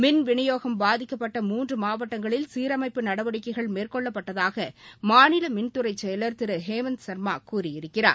மின் விநியோகம் பாதிக்கப்பட்ட மூன்று மாவட்டங்களில் சீரமைப்பு நடவடிக்கைகள் மேற்கொள்ளப்பட்டதாக மாநில மின்துறை செயலர் திரு ஹேமந்த் சர்மா கூறியிருக்கிறார்